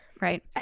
Right